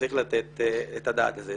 צריך לתת את הדעת על זה.